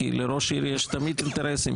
כי לראש עיר יש תמיד אינטרסים,